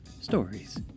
Stories